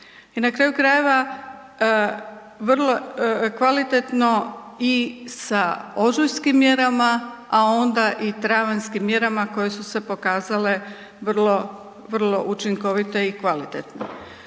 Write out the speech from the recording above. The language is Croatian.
I na kraju krajeva, vrlo kvalitetno i za ožujskim mjerama a onda i travanjskim mjerama koje su se pokazale vrlo, vrlo učinkovite i kvalitetne.